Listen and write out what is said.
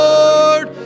Lord